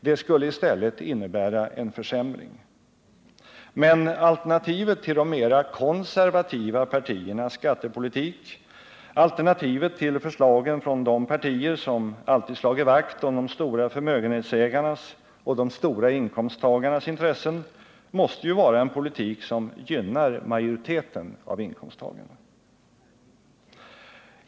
Det skulle i stället innebära en försämring. Men alternativet till de mera konservativa partiernas skattepolitik, alternativet till förslagen från de partier som alltid slagit vakt om de stora förmögenhetsägarnas och de stora inkomsttagarnas intressen, måste ju vara en politik som gynnar majoriteten av inkomsttagarna.